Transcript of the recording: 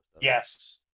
Yes